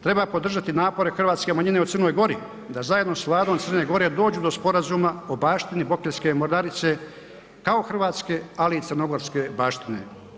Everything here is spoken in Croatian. Treba podržati napore hrvatske manjine u Crnoj Gori da zajedno sa Vladom Crne Gore dođu do sporazuma o baštini Bokeljske mornarice kao i hrvatske ali i crnogorske baštine.